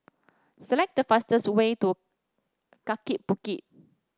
select the fastest way to Kaki Bukit